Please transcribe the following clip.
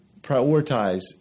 prioritize